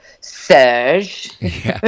Serge